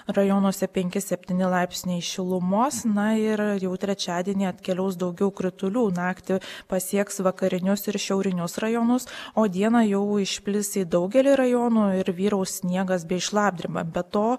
rajonuose penki septyni laipsniai šilumos na ir jau trečiadienį atkeliaus daugiau kritulių naktį pasieks vakarinius ir šiaurinius rajonus o dieną jau išplis į daugelį rajonų ir vyraus sniegas bei šlapdriba be to